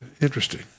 Interesting